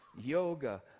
yoga